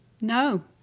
no